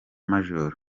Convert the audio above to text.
major